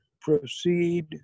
proceed